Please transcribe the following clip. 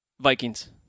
Vikings